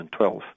2012